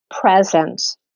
presence